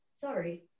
Sorry